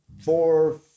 four